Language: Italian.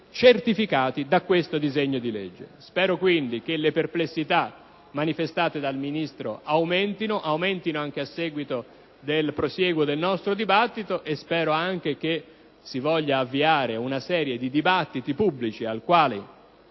certificati da questo disegno di legge. Spero quindi che le perplessità manifestate dal Ministro aumentino, anche a seguito del prosieguo del nostro dibattito, e spero che si voglia avviare una serie di dibattiti pubblici nei quali